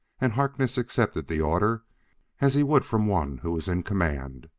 and harkness accepted the order as he would from one who was in command.